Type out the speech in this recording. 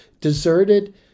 deserted